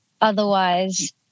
otherwise